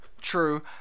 True